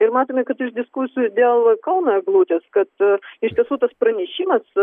ir matome kad iš diskusijų dėl kauno eglutės kad iš tiesų tas pranešimas